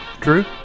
Drew